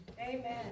Amen